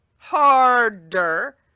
harder